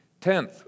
Tenth